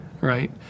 right